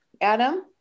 Adam